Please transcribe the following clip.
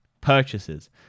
purchases